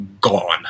gone